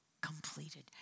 completed